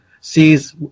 sees